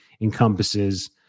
encompasses